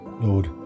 Lord